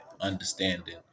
understanding